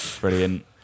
Brilliant